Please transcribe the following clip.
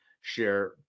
share